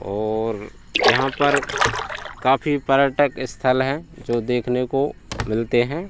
और यहाँ पर काफी पर्यटक स्थल हैं जो देखने को मिलते हैं